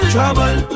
Trouble